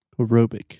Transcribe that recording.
Aerobic